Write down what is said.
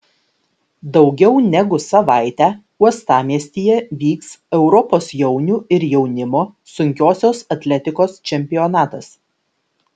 daugiau negu savaitę uostamiestyje vyks europos jaunių ir jaunimo sunkiosios atletikos čempionatas